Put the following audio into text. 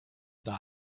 die